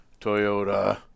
Toyota